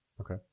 Okay